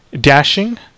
dashing